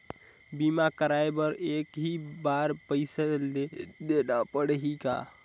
बीमा कराय बर एक ही बार पईसा देना पड़ही का?